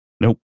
Nope